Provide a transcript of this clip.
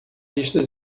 lista